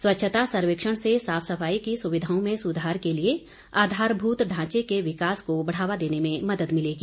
स्वच्छता सर्वेक्षण से साफ सफाई की सुविधाओं में सुधार के लिए आधारभूत ढांचे के विकास को बढ़ावा देने में मदद मिलेगी